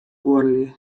buorlju